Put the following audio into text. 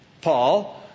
Paul